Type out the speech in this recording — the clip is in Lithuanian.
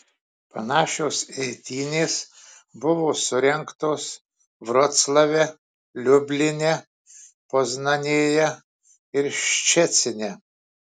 panašios eitynės buvo surengtos vroclave liubline poznanėje ir ščecine